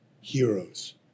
heroes